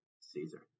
Caesar